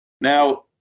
Now